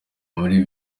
muri